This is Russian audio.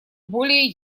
более